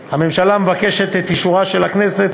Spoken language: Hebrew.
כן כן, צריכים לשמוע.